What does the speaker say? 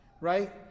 right